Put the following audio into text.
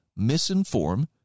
misinform